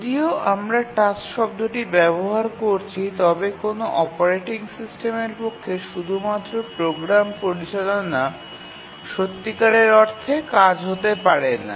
যদিও আমরা টাস্ক শব্দটি ব্যবহার করছি তবে কোনও অপারেটিং সিস্টেমের পক্ষে শুধুমাত্র প্রোগ্রাম পরিচালনা সত্যিকার অর্থে কাজ হতে পারে না